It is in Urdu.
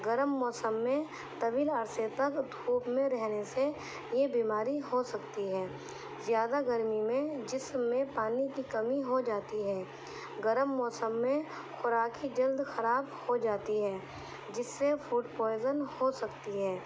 گرم موسم میں طویل عرصے تک دھوپ میں رہنے سے یہ بیماری ہو سکتی ہے زیادہ گرمی میں جسم میں پانی کی کمی ہو جاتی ہے گرم موسم میں خوراک ہی جلد خراب ہو جاتی ہے جس سے فوڈ پوائزن ہو سکتی ہے